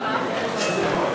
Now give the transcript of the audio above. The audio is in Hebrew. איזה מועד?